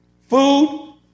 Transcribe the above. Food